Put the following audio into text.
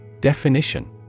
Definition